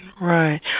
right